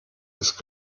ist